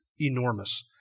enormous